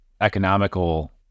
economical